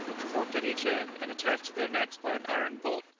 forked at each end, and attached to their necks by an iron bolt.